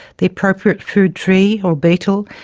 the appropriate food tree or beetle,